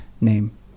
name